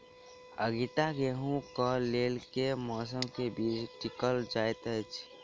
आगिता गेंहूँ कऽ लेल केँ मौसम मे बीज छिटल जाइत अछि?